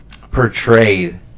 portrayed